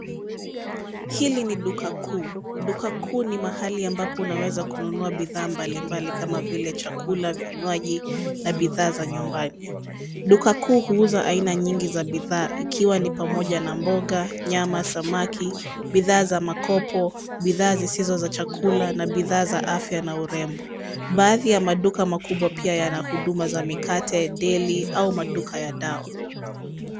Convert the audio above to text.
Hili ni duka kuu. Duka kuu ni mahali ambapo unaweza kununua bidhaa mbalimbali kama vile chakula, vinywaji na bidhaa za nyumbani. Duka kuu huuza aina nyingi za bidhaa ikiwa ni pamoja na mboga, nyama, samaki, bidhaa za makopo, bidhaa zisizo za chakula na bidhaa za afya na urembo. Baadhi ya maduka makubwa pia yana huduma za mikate, deli au maduka ya dawa.